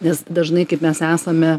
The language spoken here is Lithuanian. nes dažnai kaip mes esame